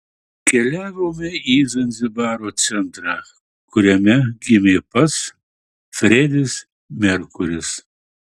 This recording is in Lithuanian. keliavome į zanzibaro centrą kuriame gimė pats fredis merkuris